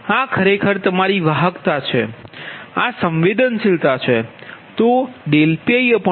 આ ખરેખર તમારી વાહકતા છે આ સંવેદનશીલતા છે